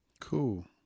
Cool